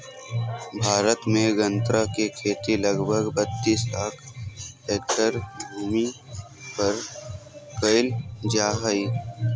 भारत में गन्ना के खेती लगभग बत्तीस लाख हैक्टर भूमि पर कइल जा हइ